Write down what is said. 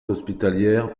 hospitalières